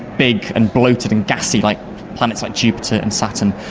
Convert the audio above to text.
big and bloated and gassy like planets like jupiter and saturn,